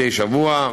מדי שבוע,